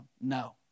No